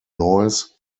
noise